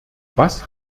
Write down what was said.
was